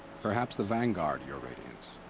perhaps the vanguard, your radiance.